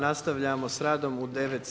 Nastavljamo sa radom u 9